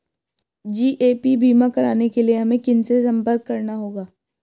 GAP बीमा कराने के लिए हमें किनसे संपर्क करना होगा?